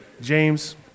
James